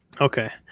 Okay